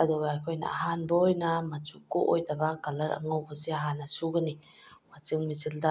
ꯑꯗꯨꯒ ꯑꯩꯈꯣꯏꯅ ꯑꯍꯥꯟꯕ ꯑꯣꯏꯅ ꯃꯆꯨ ꯀꯣꯛꯑꯣꯏꯗꯕ ꯀꯂꯔ ꯑꯉꯧꯕꯁꯦ ꯍꯥꯟꯅ ꯁꯨꯒꯅꯤ ꯋꯥꯁꯤꯡ ꯃꯦꯆꯤꯟꯗ